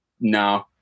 No